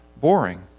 boring